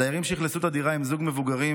הדיירים שאכלסו את הדירה הם זוג מבוגרים,